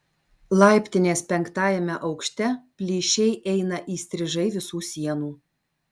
laiptinės penktajame aukšte plyšiai eina įstrižai visų sienų